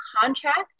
contract